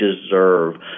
deserve